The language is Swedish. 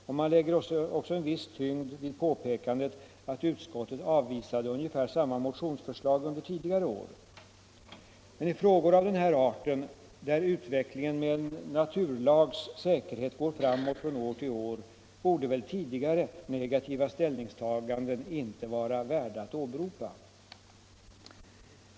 Och man lägger också en viss tyngd vid påpekandet att utskottet avvisade ungefär samma motionskrav under tidigare år. I frågor av den här arten, där utvecklingen med en naturlags säkerhet går framåt från år till år, borde väl tidigare, negativa ställningstaganden inte vara värda att åberopas.